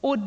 dragit.